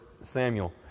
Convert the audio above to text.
Samuel